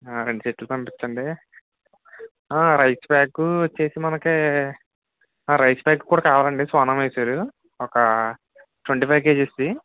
రెండు సెట్లు పంపించండి రైస్ బ్యాగ్ వచ్చి మనకి రైస్ బ్యాగ్ కూడా కావాలండి సోనా మసూరి ఒక ట్వంటీ ఫైవ్ కేజీస్ది